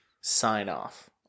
Sign-off